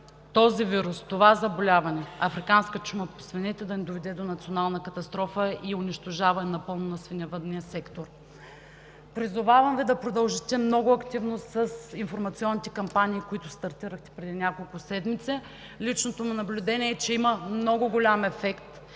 този вирус, това заболяване – африканска чума по свинете, да не доведе до национална катастрофа и унищожаване напълно на свиневъдния сектор. Призовавам Ви да продължите много активно с информационните кампании, които стартирахте преди няколко седмици. Личното ми наблюдение е, че има много голям ефект.